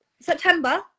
September